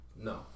No